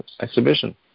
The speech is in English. exhibition